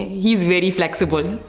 he's very flexible.